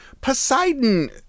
Poseidon